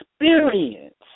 experience